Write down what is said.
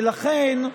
ולכן,